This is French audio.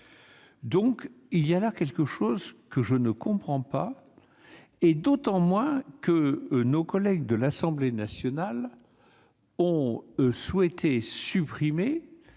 Il y a là quelque chose que je comprends d'autant moins que nos collègues de l'Assemblée nationale ont souhaité supprimer